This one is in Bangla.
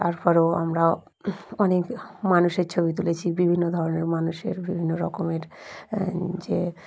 তারপরেও আমরা অনেক মানুষের ছবি তুলেছি বিভিন্ন ধরনের মানুষের বিভিন্ন রকমের যে